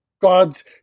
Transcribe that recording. God's